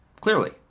clearly